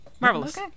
Marvelous